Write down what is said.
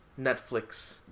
Netflix